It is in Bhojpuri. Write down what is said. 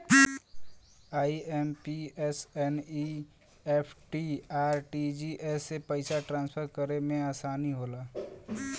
आई.एम.पी.एस, एन.ई.एफ.टी, आर.टी.जी.एस से पइसा ट्रांसफर करे में आसानी होला